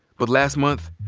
but last month,